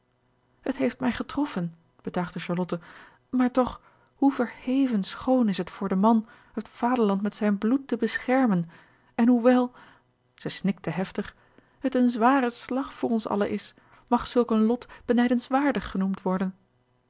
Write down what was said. het heeft mij getroffen betuigde charlotte maar toch hoe verheven schoon is het voor den man het vaderland met zijn bloed te beschermen en hoewel zij snikte heftig het een zware slag voor ons allen is mag zulk een lot benijdenswaardig genoemd worden